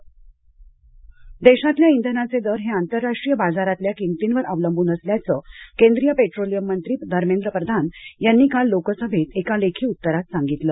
धर्मेद्र प्रधान देशातल्या इंधानाचे दर हे आंतरराष्ट्रीय बाजारातल्या किमतींवर अवलंबून असल्याचं केंद्रीय पेट्रोलियम मंत्री धर्मेंद्र प्रधान यांनी काल लोकसभेत एका लेखी उत्तरात सांगितलं